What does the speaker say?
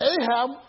Ahab